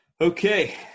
okay